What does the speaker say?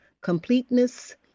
completeness